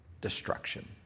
Destruction